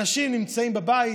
אנשים נמצאים בבית,